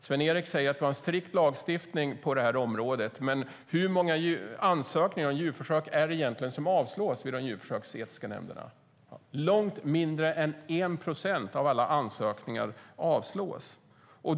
Sven-Erik säger att vi har en strikt lagstiftning på det här området, men hur många ansökningar om djurförsök är det egentligen som avslås vid de djurförsöksetiska nämnderna? Långt mindre än 1 procent av alla ansökningar avslås.